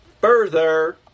further